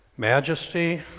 majesty